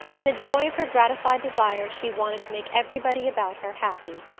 in the joy of her gratified desires she wanted to make everybody about her happy.